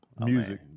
Music